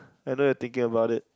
I know you thinking about it